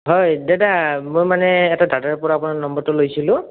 হয় দাদা মোৰ মানে এটা দাদাৰ পৰা আপোনাৰ নম্বৰটো লৈছিলোঁ